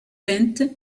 peintes